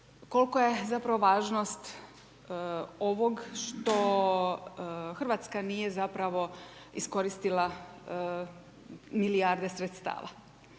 koliko je zapravo važnost ovog što RH nije, zapravo, iskoristila milijarde sredstava,